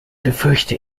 befürchte